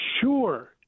sure